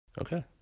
Okay